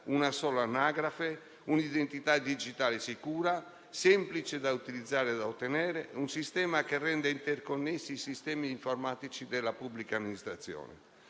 una sola anagrafe; un'identità digitale sicura e semplice da utilizzare e ottenere; un sistema che rende interconnessi i sistemi informatici della pubblica amministrazione;